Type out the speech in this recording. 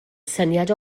syniad